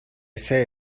say